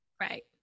right